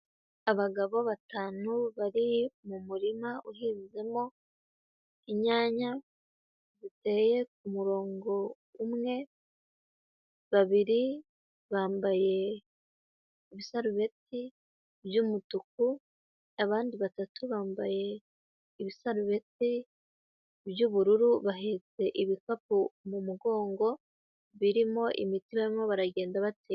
Abagabo batanu bari mu murima uhinzemo inyanya, ziteye ku murongo umwe, babiri bambaye ibisarubeti by'umutuku, abandi batatu bambaye ibisarubeti by'ubururu bahetse ibikapu mu mugongo, birimo imiti barimo baragenda batera.